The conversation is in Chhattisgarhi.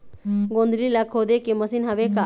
गोंदली ला खोदे के मशीन हावे का?